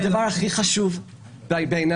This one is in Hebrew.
הדבר הכי חשוב בעיניי,